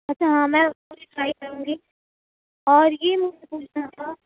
اچھا ہاں میں پوری ٹرائی کروں گی اور یہ مجھے پوچھنا تھا